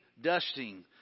dusting